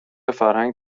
فرهنگ